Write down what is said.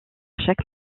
chaque